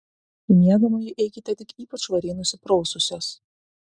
į miegamąjį eikite tik ypač švariai nusipraususios